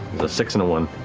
a six and a one.